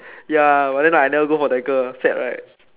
ya but then I never go for the girl sad right